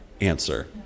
answer